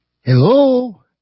Hello